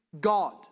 God